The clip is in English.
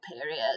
period